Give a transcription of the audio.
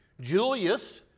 Julius